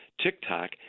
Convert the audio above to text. TikTok